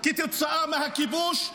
כתוצאה מהכיבוש,